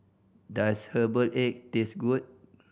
does herbal egg taste good